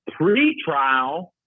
pretrial